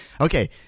Okay